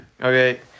Okay